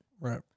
Right